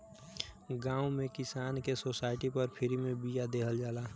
गांव में किसान के सोसाइटी पर फ्री में बिया देहल जाला